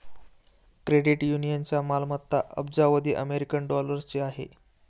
credit युनियनची मालमत्ता अब्जावधी अमेरिकन डॉलरची आहे